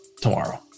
tomorrow